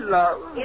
love